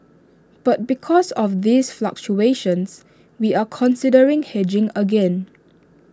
but because of these fluctuations we are considering hedging again